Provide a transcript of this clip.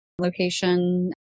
location